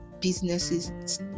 businesses